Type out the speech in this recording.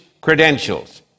credentials